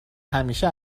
همیشه